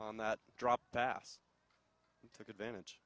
on that drop pass took advantage